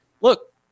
look